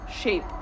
Shape